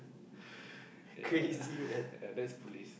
ya ya that's police